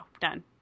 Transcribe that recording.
Done